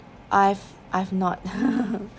I've I've not